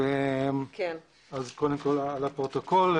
אוקיי, לפרוטוקול,